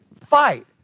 fight